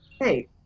Hey